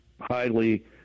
highly